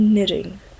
Knitting